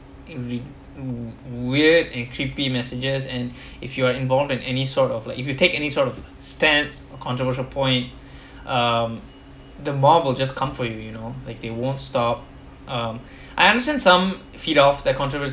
weird and creepy messages and if you are involved in any sort of like if you take any sort of stance controversial point um the mob will just come for you you know like they won't stop um I understand some feed off that controversy